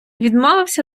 відмовився